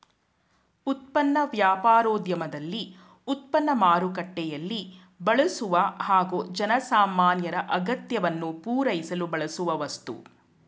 ಉತ್ಪನ್ನ ವ್ಯಾಪಾರೋದ್ಯಮದಲ್ಲಿ ಉತ್ಪನ್ನ ಮಾರುಕಟ್ಟೆಯಲ್ಲಿ ಬಳಸುವ ಹಾಗೂ ಜನಸಾಮಾನ್ಯರ ಅಗತ್ಯವನ್ನು ಪೂರೈಸಲು ಬಳಸುವ ವಸ್ತು